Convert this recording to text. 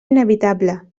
inevitable